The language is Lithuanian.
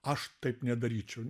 aš taip nedaryčiau